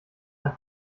ein